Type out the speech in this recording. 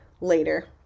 later